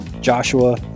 Joshua